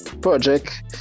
project